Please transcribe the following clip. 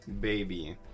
baby